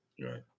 Right